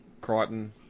Crichton